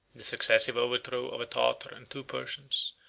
the successive overthrow of a tartar and two persians,